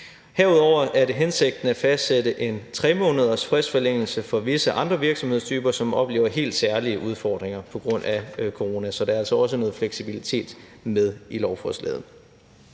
Herudover er det hensigten at fastsætte en 3-månedersfristforlængelse for visse andre virksomhedstyper, som oplever helt særlige udfordringer på grund af corona. Så der er altså også noget fleksibilitet med i lovforslaget.